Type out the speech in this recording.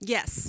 Yes